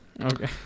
Okay